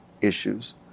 issues